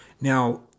Now